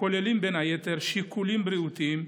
הכוללים שיקולים בריאותיים,